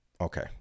okay